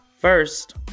First